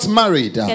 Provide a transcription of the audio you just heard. married